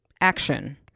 action